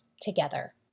together